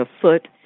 afoot